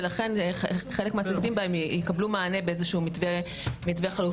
ולכן חלק מה -- בה יקבלו מענה באיזשהו מתווה חלופי.